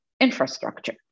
infrastructure